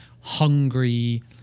hungry